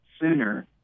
sooner